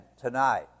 tonight